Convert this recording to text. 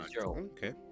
Okay